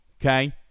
okay